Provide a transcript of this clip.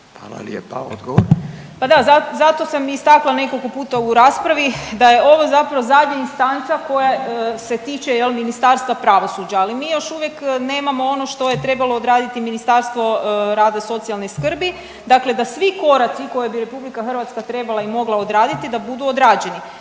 Pa da zato sam i istakla nekoliko puta u raspravi da je ovo zapravo zadnja instanca koja se tiče Ministarstva pravosuđa, ali mi još uvijek nemamo ono što je trebalo odraditi Ministarstvo rada i socijalne skrbi, dakle da svi koraci koje bi RH trebala i mogla odraditi da budu odrađeni